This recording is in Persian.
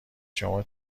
شما